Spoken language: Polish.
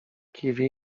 kiwi